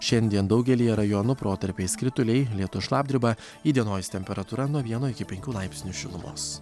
šiandien daugelyje rajonų protarpiais krituliai lietus šlapdriba įdienojus temperatūra nuo vieno iki penkių laipsnių šilumos